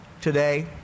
today